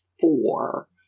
four